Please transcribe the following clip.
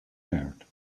heard